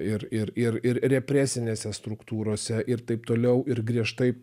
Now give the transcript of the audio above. ir ir ir ir represinėse struktūrose ir taip toliau ir griežtai